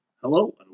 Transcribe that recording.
Hello